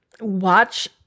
watch